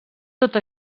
tot